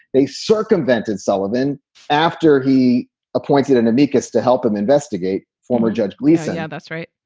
they circumvented sullivan after he appointed an amicus to help him investigate former judge leasing. yeah that's right.